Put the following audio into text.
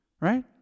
Right